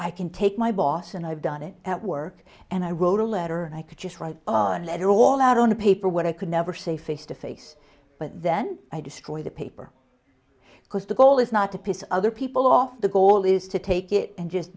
i can take my boss and i've done it at work and i wrote a letter i could just write a letter all out on paper what i could never say face to face but then i destroy the paper because the goal is not to piss other people off the goal is to take it and just